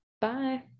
bye